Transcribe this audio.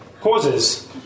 causes